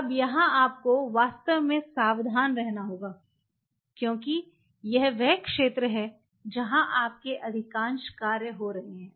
अब यहाँ आपको वास्तव में सावधान रहना होगा क्योंकि यह वह क्षेत्र है जहाँ आपके अधिकांश कार्य हो रहे हैं